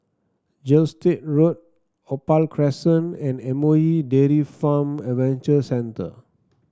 Gilstead Road Opal Crescent and M O E Dairy Farm Adventure Centre